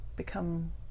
Become